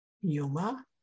Yuma